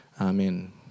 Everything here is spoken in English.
Amen